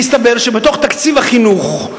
כי הסתבר שבתוך תקציב החינוך,